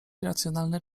irracjonalne